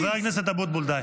--- חבר הכנסת אבוטבול, די.